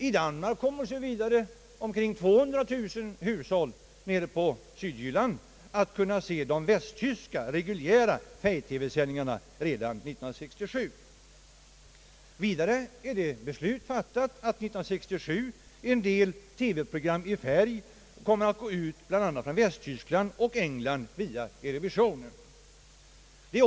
I Danmark kommer vidare omkring 200000 hushåll nere i södra Jylland att kunna se de västtyska regul jära 1967. Vidare är beslut fattat om att år 1967 en del TV-program i färg kommer att gå ut bl.a. från Västtyskland och England via Eurovisionen.